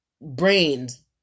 brains